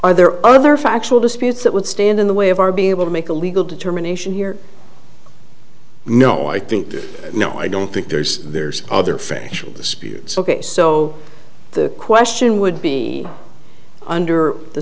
are there other factual disputes that would stand in the way of our being able to make a legal determination here no i think no i don't think there's there's other free spirits ok so the question would be under the